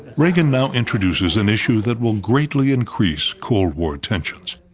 reagan now introduces an issue that will greatly increase cold war tensions.